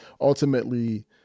ultimately